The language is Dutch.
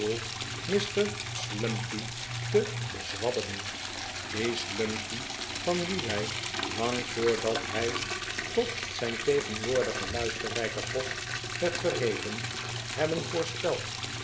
mr slumkey te bezwadderen dien slumkey van wien wij lang voordat hij tot zijn tegenwoordigen luisterrijken post werd verheven hebben voorspeld